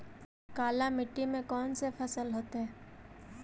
काला मिट्टी में कौन से फसल होतै?